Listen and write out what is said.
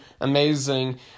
amazing